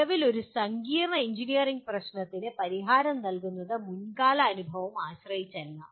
നിലവിൽ ഒരു സങ്കീർണ്ണ എഞ്ചിനീയറിംഗ് പ്രശ്നത്തിന് പരിഹാരം കാണുന്നത് മുൻകാല അനുഭവം ആശ്രയിച്ചല്ല